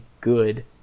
good